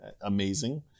amazing